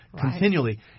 continually